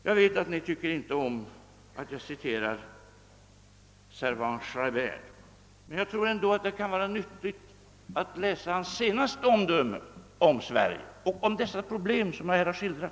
Jag vet att ni inte tycker om att jag citerar Servan-Schreiber, men jag tror att det kan vara nyttigt att läsa hans senaste omdöme om Sverige och om de problem som jag här har skildrat.